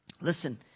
Listen